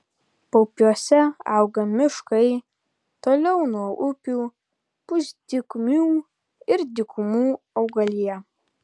paupiuose auga miškai toliau nuo upių pusdykumių ir dykumų augalija